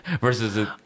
versus